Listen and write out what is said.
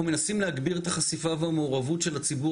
אנחנו מנסים להגביר את החשיפה והמעורבות של הציבור